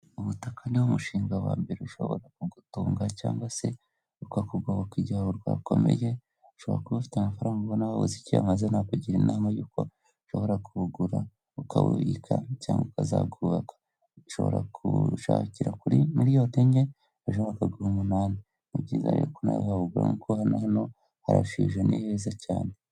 Ubutaka ni wo mushinga wa mbere ushobora kugutunga cyangwa se ukakugoboka igihe rukomeye, ushobora kuba ufite amafaranga ubona wabuze icyo uyamaza nakugira inama y'uko ushobora kubugura ukawubika cyangwa ukazabwubaka. Ushobora kubushakira kuri miliyoni enye ejo bakagura umunani ni byiza rero ko nawe wawugura kuko hano harashije ni heza cyane.